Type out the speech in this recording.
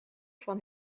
van